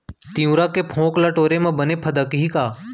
तिंवरा के फोंक ल टोरे म बने फदकही का?